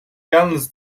yalnız